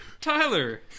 Tyler